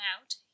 out